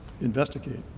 investigate